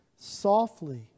softly